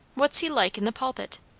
what's he like in the pulpit?